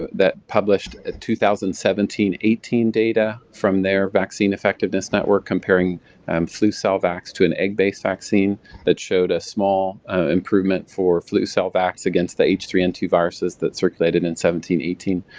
that published and two thousand and seventeen eighteen data from their vaccine effectiveness network comparing um flu cell vaccs to an egg-based vaccine that showed a small improvement for flu cell vaccs against the h three n two viruses that circulated in seventeen eighteen,